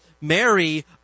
Mary